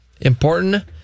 Important